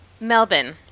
Melbourne